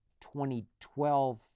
2012